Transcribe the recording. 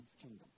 kingdom